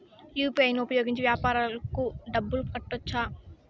UPI ను ఉపయోగించి వ్యాపారాలకు డబ్బులు కట్టొచ్చా?